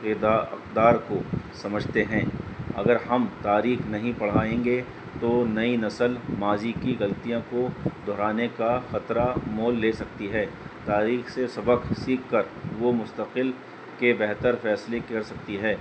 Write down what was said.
ادا اقدار کو سمجھتے ہیں اگر ہم تاریخ نہیں پڑھائیں گے تو نئی نسل ماضی کی غلطیوں کو دہرانے کا خطرہ مول لے سکتی ہے تاریخ سے سبق سیکھ کر وہ مستقل کے بہتر فیصلے کر سکتی ہے